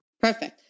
Perfect